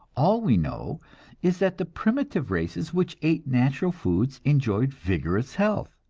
all we know is that the primitive races, which ate natural foods, enjoyed vigorous health,